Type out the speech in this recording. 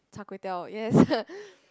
char-kway-teow yes